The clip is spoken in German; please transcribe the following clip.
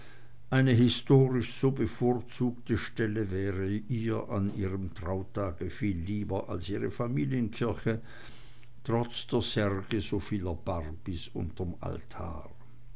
eine historisch so bevorzugte stelle wäre ihr an ihrem trautage viel lieber als ihre familienkirche trotz der särge so vieler barbys unterm altar